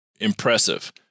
impressive